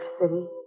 city